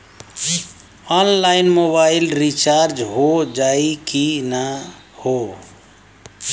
Online mobile recharge हो जाई की ना हो?